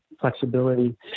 flexibility